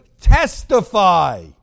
testify